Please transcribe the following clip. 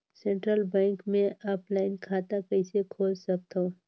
Central Bank मे offline खाता कइसे खोल सकथव?